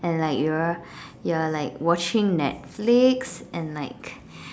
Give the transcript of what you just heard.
and like you're you're like watching Netflix and like